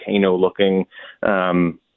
volcano-looking